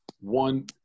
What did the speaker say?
one